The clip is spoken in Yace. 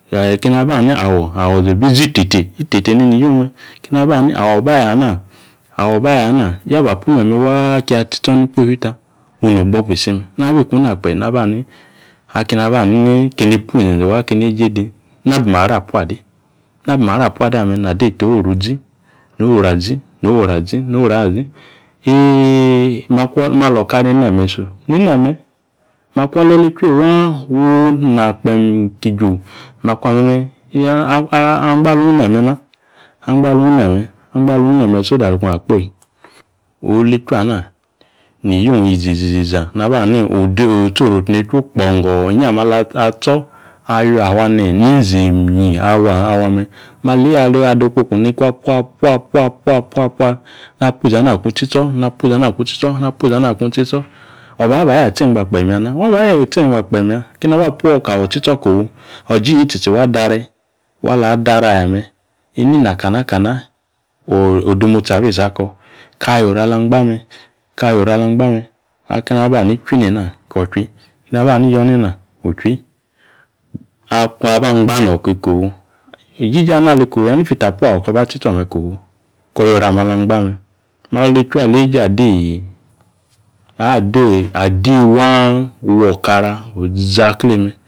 Akeni aba ha ni awo awo izi obi izi itete, itete neni iyiang me keni aba hani awo baayo ana awo ba ayo ana, ya bapu me̱me̱ waa ki atsitso̱ ni konyi ta onu nogbogba isi me̱. Nabi kuna kpe naba ani akeni aba hanini keni pu inze̱nze̱ waa keni weeje di, nabi maro̱ apuade. Nabi maro apuade ame̱ nadeta oworu zi noru azi, noru azi mali okora ine̱me̱so, nineme makwa olechu waa nina kpeem ki ju makwa me̱me̱ angba alung ineme na, angba alung ne̱me̱ angba alung ne̱me̱ so that akung iyi izi izi izi iza. Na aba hani otsoru okunechu kpongo inyi ame̱ alatso awi yafa ni. Mizenyi awa awa me̱. Maleeyi ali mada ekwoku niku apua apua apua apua apua, napu izinna kung tsitso̱, napu izi ana kung tsitso̱ napu izi ana kung tsitso̱ obaba ayo atso̱ engba kpeem ya kina apuo ka awo̱ tsitso kofu ojinyi tsitsi wa dare adare aya me̱ inina kana kana odemotsi abi si ako̱. Kayo oru ala angba me, pqppkayo oru ala angba me̱ ake̱ni aba hani chwi nena ko̱ chwi, keni aba hani yo̱ nena wu chwi. Akung aba angba no̱ kiko fu, ijiji anu ali kofu ni fit apu awo ko̱ba tsitso̱ ome̱ kofu koyo oru ame̱ ala angba me. Malechu aleeje adi adi adi waa wo o̱kara.